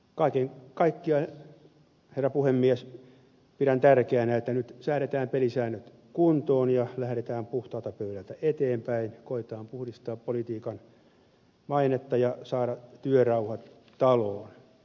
kaiken kaikkiaan herra puhemies pidän tärkeänä että nyt säädetään pelisäännöt kuntoon ja lähdetään puhtaalta pöydältä eteenpäin koetetaan puhdistaa politiikan mainetta ja saada työrauha taloon